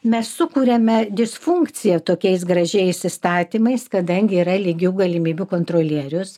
mes sukuriame disfunkciją tokiais gražiais įstatymais kadangi yra lygių galimybių kontrolierius